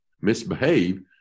misbehave